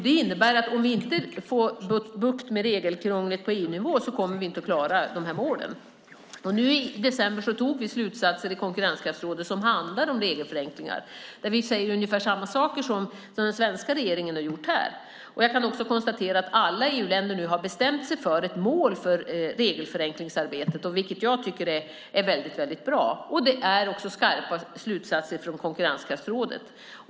Det innebär att om vi inte får bukt med regelkrånglet på EU-nivå kommer vi inte att klara dessa mål. Nu i december tog vi slutsatser i konkurrenskraftsrådet som handlar om regelförenklingar, och vi säger ungefär samma saker som den svenska regeringen har gjort här. Alla EU-länder har bestämt sig för ett mål för regelförenklingsarbetet, vilket jag tycker är bra. Det är också skarpa slutsatser från konkurrenskraftsrådet.